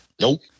Nope